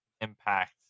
impact